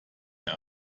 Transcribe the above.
mehr